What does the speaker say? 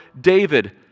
David